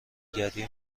گری